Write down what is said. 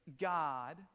God